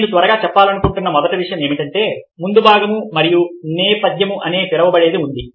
నేను త్వరగా చెప్పాలనుకుంటున్న మొదటి విషయం ఏమిటంటే ముందుభాగం మరియు నేపథ్యం అని పిలవబడేది ఉంది